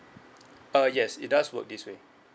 uh yes it does work this way